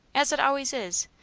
as it always is,